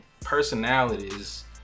personalities